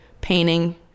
painting